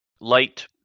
light